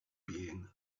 being